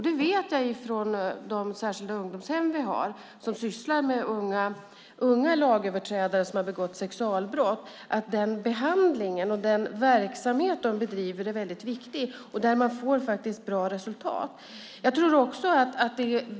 Det vet jag ifrån de särskilda ungdomshem som sysslar med unga lagöverträdare som har begått sexualbrott. Den behandling och verksamhet dessa bedriver är viktig, och man når bra resultat.